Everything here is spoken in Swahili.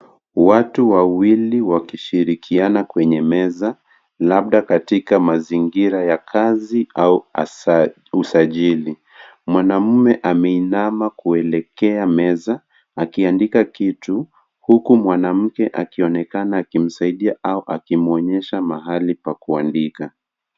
Watu wawili wakishirikiana kwenye meza labda katika mazingira ya kazi au usajili. Mwanaume ameinama kuelekea meza akiandika kitu, huku mwanamke akionekana akimsaidia au akimwonyesha mahali pa kuandika.